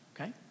Okay